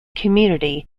community